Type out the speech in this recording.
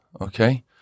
okay